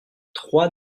trois